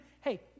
hey